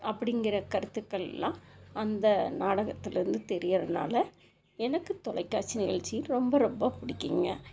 அப்படிங்குற கருத்துக்களெலாம் அந்த நாடகத்திலேருந்து தெரிகிறதுனால எனக்கு தொலைக்காட்சி நிகழ்ச்சி ரொம்ப ரொம்ப பிடிங்குங்க